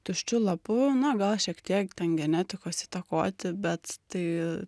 tuščiu lapu na gal šiek tiek ten genetikos įtakoti bet tai